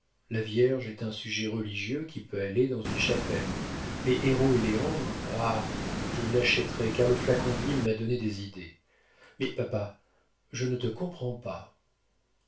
la vierge est un sujet religieux qui peut aller dans une chapelle mais héro et léandre ah je l'achèterai car le flacon d'huile m'a donné des idées mais papa je ne te comprends pas